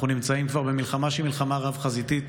אנחנו נמצאים כבר במלחמה שהיא מלחמה רב-חזיתית.